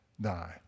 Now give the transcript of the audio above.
die